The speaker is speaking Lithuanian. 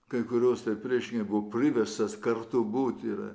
kai kurios tai priešingai buvo priverstas kartu būti ir